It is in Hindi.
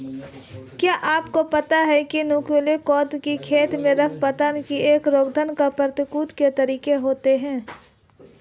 क्या आपको पता है नुकीली लौकी की खेती में खरपतवार की रोकथाम प्रकृतिक तरीके होता है?